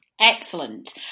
Excellent